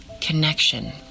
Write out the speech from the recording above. connection